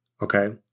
Okay